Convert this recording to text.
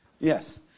Yes